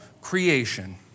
creation